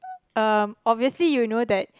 um obviously you know that